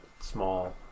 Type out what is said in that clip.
small